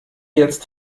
jetzt